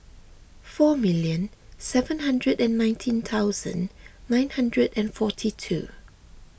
four million seven hundred and nineteen thousand nine hundred and forty two